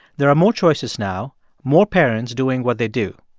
there are more choices now more parents doing what they do.